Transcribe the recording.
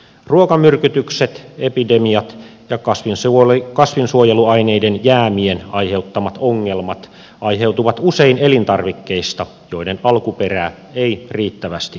ruokamyrkytykset epidemiat ja kasvinsuojeluaineiden jäämien aiheuttamat ongelmat aiheutuvat usein elintarvikkeista joiden alkuperää ei riittävästi tunneta